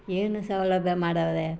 ಏನು ಸೌಲಭ್ಯ ಮಾಡವರೆ